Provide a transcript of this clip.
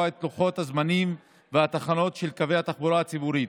את לוחות הזמנים והתחנות של קווי התחבורה הציבורית,